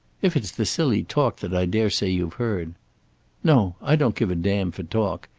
if it's the silly talk that i daresay you've heard no. i don't give a damn for talk.